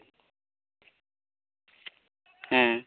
ᱦᱮᱸ